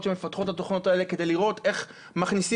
שמפתחות את התוכנות האלה כדי לראות איך מכניסים